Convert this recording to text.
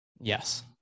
Yes